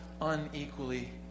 unequally